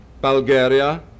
Bulgaria